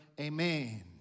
amen